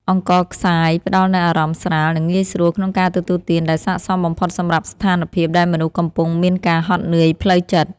អង្ករខ្សាយផ្តល់នូវអារម្មណ៍ស្រាល និងងាយស្រួលក្នុងការទទួលទានដែលសក្តិសមបំផុតសម្រាប់ស្ថានភាពដែលមនុស្សកំពុងមានការហត់នឿយផ្លូវចិត្ត។